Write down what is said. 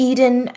Eden